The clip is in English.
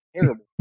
terrible